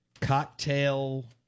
Cocktail